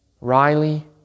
Riley